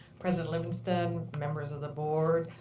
president livingston, members of the board,